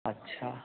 अच्छा